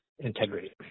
Integrity